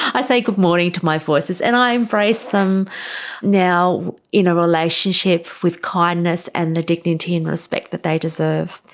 i say good morning to my voices, and i embrace them now in a relationship with kindness and the dignity and respect that they deserve.